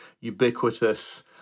ubiquitous